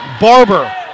Barber